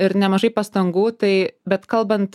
ir nemažai pastangų tai bet kalbant